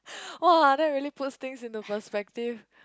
!wah! that really puts things into the perspective